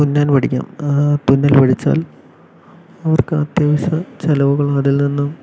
തുന്നൽ പഠിക്കാം തുന്നൽ പഠിച്ചാൽ അവർക്ക് അത്യാവശ്യ ചെലവുകൾ അതിൽ നിന്നും